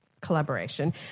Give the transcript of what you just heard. collaboration